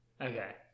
Okay